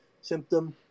symptom